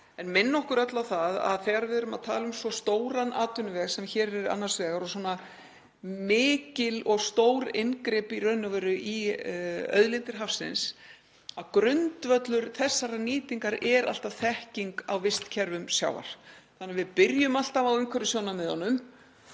en minna okkur öll á að þegar við erum að tala um svo stóran atvinnuveg sem hér er annars vegar, svona mikil og stór inngrip í auðlindir hafsins, þá er grundvöllur þessarar nýtingar alltaf þekking á vistkerfum sjávar. Við byrjum alltaf á umhverfissjónarmiðunum,